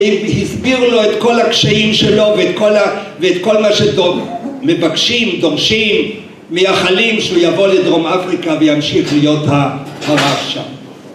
‫הסביר לו את כל הקשיים שלו ‫ואת כל ה... ואת כל מה שמבקשים, דורשים, ‫מייחלים שהוא יבוא לדרום אפריקה ‫וימשיך להיות הרב שם.